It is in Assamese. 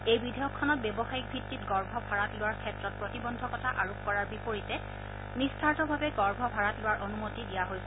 এই বিধেয়কখনত ব্যৱসায়ীক ভিত্তিত গৰ্ভ ভাড়াত লোৱাৰ ক্ষেত্ৰত প্ৰতিবন্ধকতা আৰোপ কৰাৰ বিপৰীতে নিস্বাৰ্থভাৱে গৰ্ভ ভাড়াত লোৱাৰ অনুমতি দিয়া হৈছে